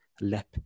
LEP